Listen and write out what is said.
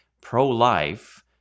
pro-life